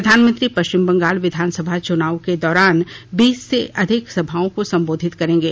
प्रधानमंत्री पश्चिम बंगाल विधानसभा चुनाव के दौरान बीस से अधिक सभाओं को संबोधित करेंगे